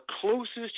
closest